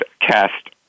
cast